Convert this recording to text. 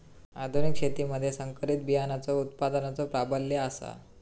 आधुनिक शेतीमधि संकरित बियाणांचो उत्पादनाचो प्राबल्य आसा